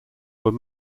were